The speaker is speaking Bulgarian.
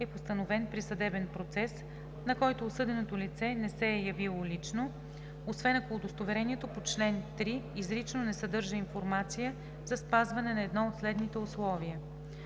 е постановен при съдебен процес, на който осъденото лице не се е явило лично, освен ако удостоверението по чл. 3 изрично не съдържа информация за спазване на едно от следните условия: